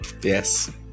Yes